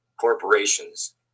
corporations